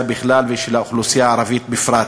בכלל ושל האוכלוסייה הערבית בפרט?